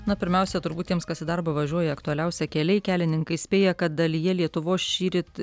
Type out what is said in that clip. na pirmiausia turbūt tiems kas į darbą važiuoja aktualiausia keliai kelininkai įspėja kad dalyje lietuvos šįryt